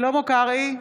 שלמה קרעי,